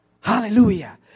Hallelujah